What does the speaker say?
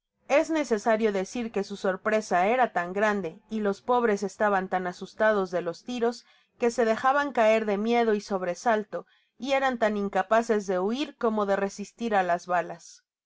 es necesario decir que su sorpresa era tan grande y los pobres estaban tan asustados de los tiros que se dejaban caer de miedo y sobresalto y eran tan incapaces de huir como de resistir á las balas